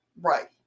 Right